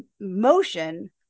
motion